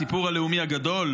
הסיפור הלאומי הגדול,